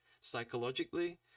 psychologically